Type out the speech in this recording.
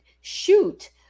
shoot